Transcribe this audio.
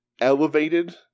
Elevated